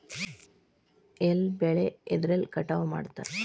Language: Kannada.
ಎಲ್ಲ ಬೆಳೆ ಎದ್ರಲೆ ಕಟಾವು ಮಾಡ್ತಾರ್?